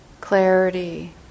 clarity